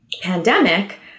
pandemic